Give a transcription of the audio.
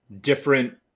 different